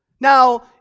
Now